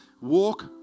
walk